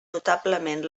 notablement